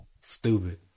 Stupid